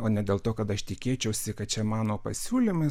o ne dėl to kad aš tikėčiausi kad čia mano pasiūlymas